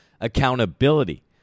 accountability